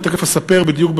אני תכף אספר בדיוק,